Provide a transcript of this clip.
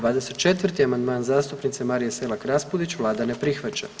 24. amandman zastupnice Marije Selak Raspudić, Vlada ne prihvaća.